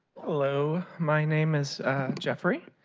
hello, my name is jeffrey,